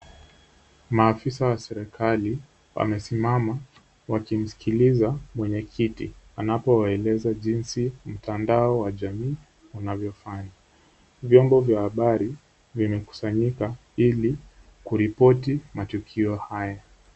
Maafisa wa serikali wamesimama wakimsikiliza mwenye kiti, anapowaeleza jinsi mtandao wa jamii unavyofanya. Vyombo vya habari vimekusanyika ili kuripoti matukio haya.